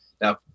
Now